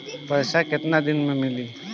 पैसा केतना दिन में मिली?